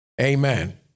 Amen